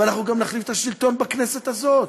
ואנחנו גם נחליף את השלטון בכנסת הזאת.